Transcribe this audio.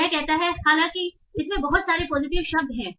तो यह कहता है हालांकि इसमें बहुत सारे पॉजिटिव शब्द हैं